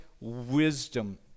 wisdom